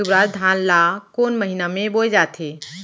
दुबराज धान ला कोन महीना में बोये जाथे?